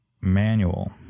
manual